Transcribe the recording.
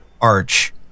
arch